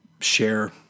share